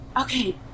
okay